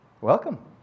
Welcome